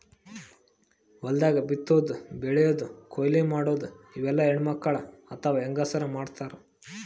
ಹೊಲ್ದಾಗ ಬಿತ್ತಾದು ಬೆಳ್ಯಾದು ಕೊಯ್ಲಿ ಮಾಡದು ಇವೆಲ್ಲ ಹೆಣ್ಣ್ಮಕ್ಕಳ್ ಅಥವಾ ಹೆಂಗಸರ್ ಮಾಡ್ತಾರ್